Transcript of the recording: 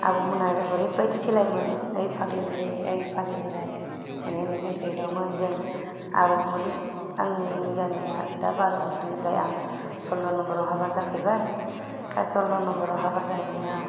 आबौमोना जोंखौ ओरैबायदि खेलायोमोन ओइ फाग्लि बुरि ओइ फाग्लि बोराय बिदि होनना जोंखौ एदावोमोन जों आबौमोन आंनि गामिया दा बार'बुंखानिफ्राय आं सल्ल' नम्बरआव हाबा जाफैबाय बे सल्ल' नम्बराव हाबा जाहैनायाव